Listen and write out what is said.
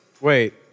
Wait